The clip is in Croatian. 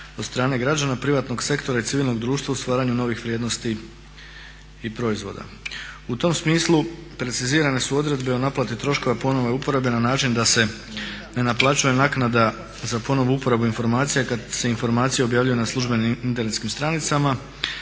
od strane građana, privatnog sektora i civilnog društva u stvaranju novih vrijednosti i proizvoda. U tom smislu precizirane su odredbe o naplati troškova i ponovnoj uporabi na način da se ne naplaćuje naknada za ponovnu uporabu informacija kad se informacije objavljuju na službenim internetskim stranicama.